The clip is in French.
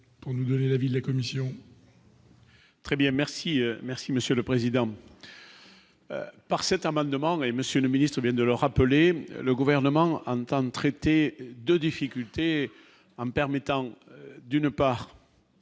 pour nous donner la vie, les commissions. Très bien, merci, merci Monsieur le Président. Par cet amendement mais Monsieur le ministre vient de le rappeler, le gouvernement entend traiter de difficultés en permettant d'une part.